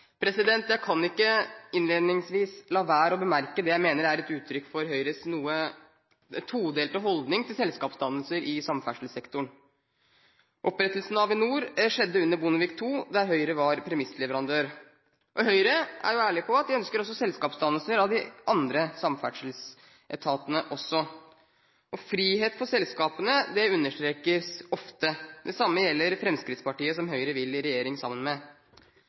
Jeg kan ikke innledningsvis la være å bemerke det jeg mener er et uttrykk for Høyres noe todelte holdning til selskapsdannelser i samferdselssektoren. Opprettelsen av Avinor skjedde under Bondevik II, der Høyre var premissleverandør. Høyre er jo ærlig på at de ønsker selskapsdannelse av de andre samferdselsetatene også. Frihet for selskapene understrekes ofte. Det samme gjelder Fremskrittspartiet, som Høyre vil i regjering sammen med.